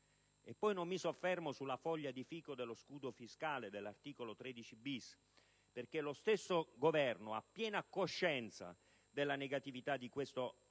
Non mi soffermo poi sulla foglia di fico dello scudo fiscale dell'articolo 13-*bis*, perché lo stesso Governo ha piena coscienza della negatività di questo intervento,